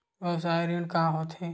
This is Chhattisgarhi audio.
व्यवसाय ऋण का होथे?